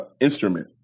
instrument